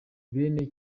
bene